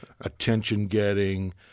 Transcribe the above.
attention-getting